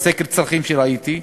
בסקר הצרכים שראיתי,